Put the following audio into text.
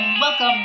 Welcome